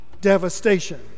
devastation